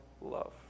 love